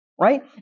Right